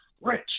Rich